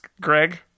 Greg